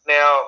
Now